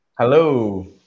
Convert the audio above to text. Hello